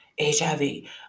HIV